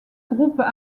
groupes